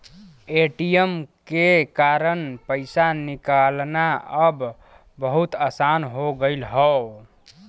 ATM के कारन पइसा निकालना अब बहुत आसान हो गयल हौ